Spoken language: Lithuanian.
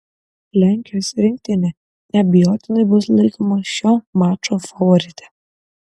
lenkijos rinktinė neabejotinai bus laikoma šio mačo favorite